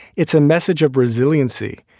it's a message of resiliency.